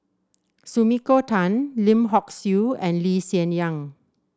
Sumiko Tan Lim Hock Siew and Lee Hsien Yang